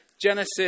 Genesis